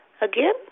Again